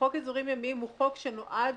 חוק אזורים ימיים הוא חוק שנועד